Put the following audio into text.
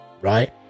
right